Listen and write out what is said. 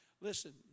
Listen